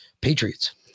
patriots